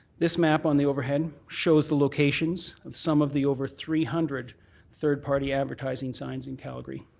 this map on the overhead shows the locations of some of the over three hundred third party advertising signs in calgary.